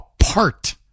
apart